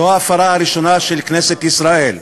זו ההפרה הראשונה של כנסת ישראל.